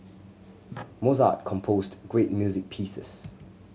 Mozart composed great music pieces